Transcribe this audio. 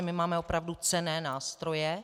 My máme opravdu cenné nástroje.